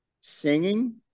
singing